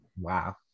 Wow